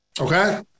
Okay